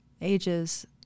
ages